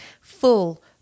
full